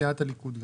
סיעת הליכוד גם.